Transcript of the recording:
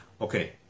Okay